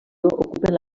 ocupen